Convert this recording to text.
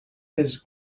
his